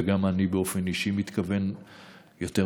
וגם אני באופן אישי מתכוון כשר